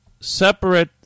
separate